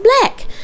black